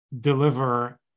deliver